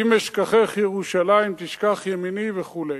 אם אשכחך ירושלים תשכח ימיני וכו'.